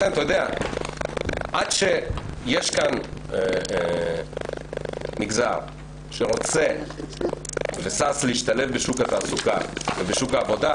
יש כאן מגזר שרוצה ושש להשתלב בשוק התעסוקה ובשוק העבודה.